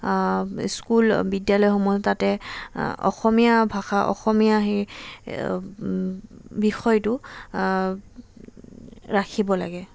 school বিদ্যালয়সমূহ তাতে অসমীয়া ভাষা অসমীয়া সেই বিষয়টো ৰাখিব লাগে